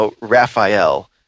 Raphael